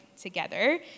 together